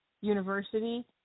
University